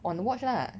on watch lah